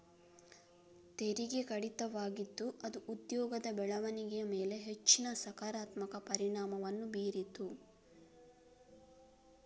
ತೆರಿಗೆ ಕಡಿತವಾಗಿದ್ದು ಅದು ಉದ್ಯೋಗದ ಬೆಳವಣಿಗೆಯ ಮೇಲೆ ಹೆಚ್ಚಿನ ಸಕಾರಾತ್ಮಕ ಪರಿಣಾಮವನ್ನು ಬೀರಿತು